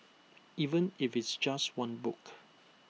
even if it's just one book